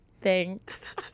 Thanks